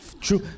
true